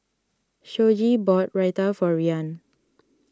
Shoji bought Raita for Rian